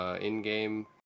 in-game